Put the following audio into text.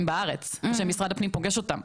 לפחות פעם בחצי שנה,